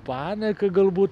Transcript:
panieka galbūt